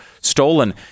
stolen